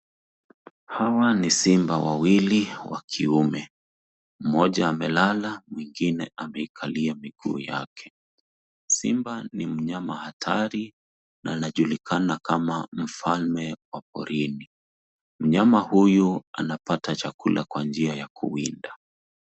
Hawa ni simba wawili wakiume, mmoja amelala, mwingine ameikalia miguu yake. Simba ni mnyama hatari na anajulikana kama mfalme wa porini. Mnyama huyu anapata chakula kwa njia ya kuwinda.